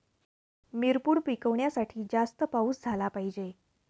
मिरपूड पिकवण्यासाठी जास्त पाऊस झाला पाहिजे